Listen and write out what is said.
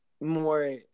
more